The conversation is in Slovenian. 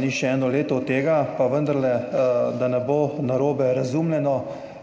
Ni še eno leto od tega, pa vendarle, da ne bo narobe razumljeno,